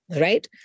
right